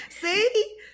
See